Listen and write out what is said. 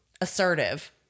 assertive